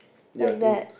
yea I think